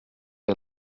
est